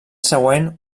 següent